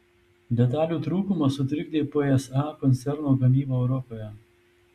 detalių trūkumas sutrikdė psa koncerno gamybą europoje